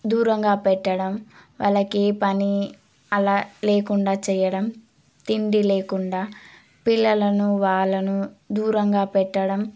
దూరంగా పెట్టడం వాళ్ళకి పని అలా లేకుండా చేయడం తిండి లేకుండా పిల్లలను వాళ్ళను దూరంగా పెట్టడం